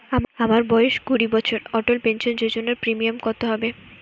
আমার বয়স কুড়ি বছর অটল পেনসন যোজনার প্রিমিয়াম কত হবে?